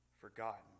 forgotten